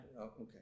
Okay